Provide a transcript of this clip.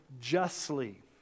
justly